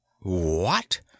What